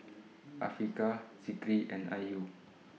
Afiqah Zikri and Ayu